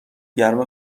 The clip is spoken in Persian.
گرم